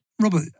Robert